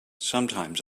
sometimes